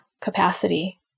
capacity